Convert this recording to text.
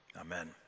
Amen